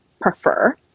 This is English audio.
prefer